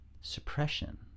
suppression